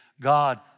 God